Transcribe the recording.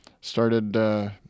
Started